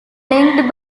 linked